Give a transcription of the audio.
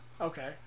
Okay